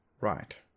right